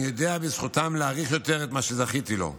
אני יודע בזכותם להעריך יותר את מה שזכיתי לו,